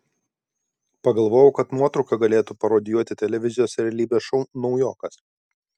pagalvojau kad nuotrauka galėtų parodijuoti televizijos realybės šou naujokas